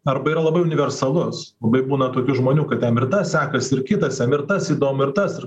arba yra labai universalus labai būna tokių žmonių kad jam ir tas sekasi ir kitas jam ir tas įdomu ir tas ir